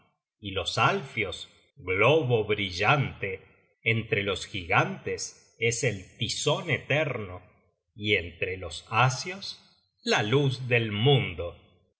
y los alfios globo brillante entre los gigantes es el tizon eterno y entre los asios la luz del mundo